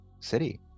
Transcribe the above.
city